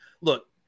look